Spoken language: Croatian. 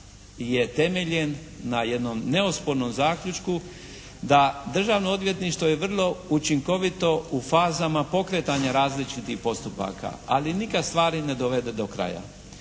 je temeljem na jednom neospornom zaključku da Državno odvjetništvo je vrlo učinkovito u fazama pokretanja različitih postupaka, ali nikad stvari ne dovede do kraja.